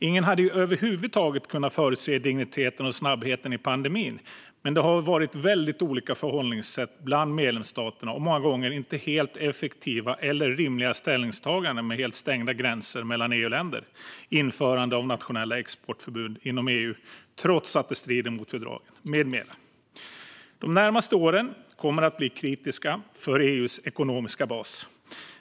Ingen hade ju över huvud taget kunnat förutse digniteten av och snabbheten i pandemin, men det har varit väldigt olika förhållningssätt bland medlemsstaterna och många gånger inte helt effektiva eller rimliga ställningstaganden med helt stängda gränser mellan EU-länder, införande av nationella exportförbud inom EU trots att det strider mot fördragen med mera. De närmaste åren kommer att bli kritiska för EU:s ekonomiska bas.